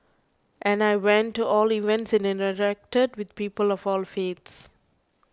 and I went to all events and interacted with people of all faiths